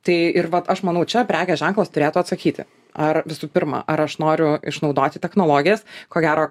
tai ir vat aš manau čia prekės ženklas turėtų atsakyti ar visų pirma ar aš noriu išnaudoti technologijas ko gero